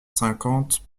cinquante